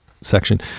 section